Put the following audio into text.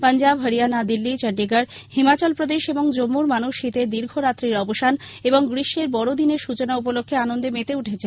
পাঞ্জাব হরিয়ানা দিল্লী চন্ডীগড় হিমাচল প্রদেশ এবং জম্মুর মানুষ শীতের দীর্ঘরাত্রির অবসান এবং গ্রীষ্মের বড়দিনের সৃচনা উপলক্ষে আনন্দে মেতে উঠেছেন